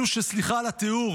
אלו, וסליחה על התיאור,